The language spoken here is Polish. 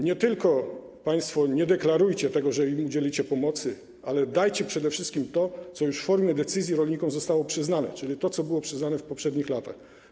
Nie deklarujcie państwo, że im udzielicie pomocy, ale dajcie przede wszystkim to, co już w formie decyzji rolnikom zostało przyznane, czyli to, co było przyznane w poprzednich latach.